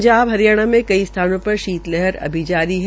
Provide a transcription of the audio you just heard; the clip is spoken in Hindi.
पंजाब हरियाणा में कई स्थानों पर शीत लहर अभी जारी है